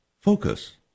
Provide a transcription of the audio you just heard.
focus